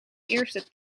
eerste